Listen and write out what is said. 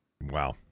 Wow